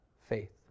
faith